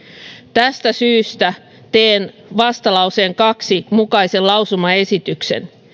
tästä syystä teen vastalauseen kahden mukaisen lausumaesityksen